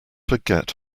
forget